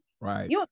Right